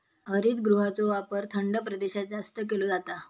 हरितगृहाचो वापर थंड प्रदेशात जास्त केलो जाता